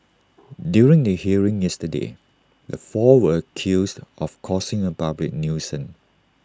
during the hearing yesterday the four were accused of causing A public nuisance